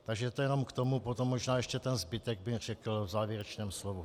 Takže to jenom k tomu, potom možná ještě ten zbytek bych řekl v závěrečném slovu.